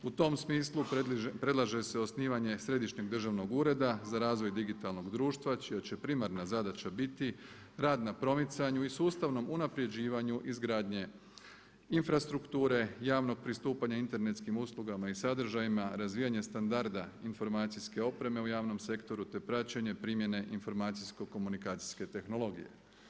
U tom smislu predlaže se osnivanje središnjeg Državnog ureda za razvoj digitalnog društva čija će primarna zadaća biti rad na promicanju i sustavnom unaprjeđivanju izgradnje infrastrukture, javnog pristupanja internetskim uslugama i sadržajima, razvijanje standarda informacijske opreme u javnom sektoru te praćenje primjene informacijsko-komunikacijske tehnologije.